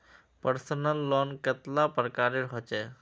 Personal loan कतेला प्रकारेर होचे?